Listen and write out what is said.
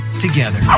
together